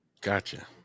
Gotcha